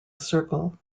circle